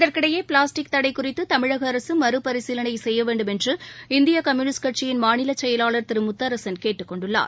இதற்கிடையேபிளாஸ்டிக் தடைகுறித்துதமிழகஅரசுமறுபரிசீலனைசெய்யவேண்டும் என்று இந்தியகம்யூனிஸ்ட் கட்சியின் மாநிலசெயலாளர் திருமுத்தரசன் கேட்டுக்கொண்டுள்ளார்